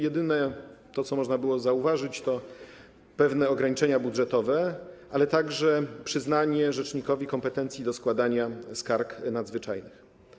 Jedyne, co można było zauważyć, to pewne ograniczenia budżetowe, a także przyznanie rzecznikowi kompetencji do składania skarg nadzwyczajnych.